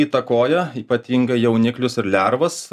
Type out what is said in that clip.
įtakoja ypatingai jauniklius ir lervas